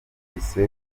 wese